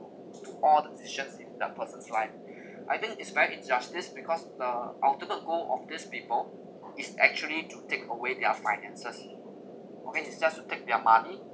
to all decisions in the person's life I think is very injustice because the ultimate goal of these people is actually to take away their finances okay is just to take their money